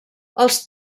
els